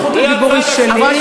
זכות הדיבור היא שלי,